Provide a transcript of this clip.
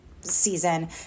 season